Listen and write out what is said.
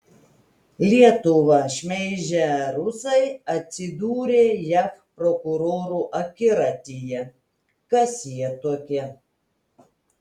lietuvą šmeižę rusai atsidūrė jav prokurorų akiratyje kas jie tokie